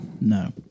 No